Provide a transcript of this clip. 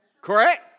Correct